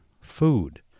Food